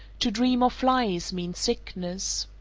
to dream of flies means sickness.